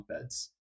beds